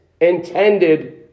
intended